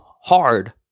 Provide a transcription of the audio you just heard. hard